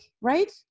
right